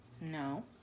no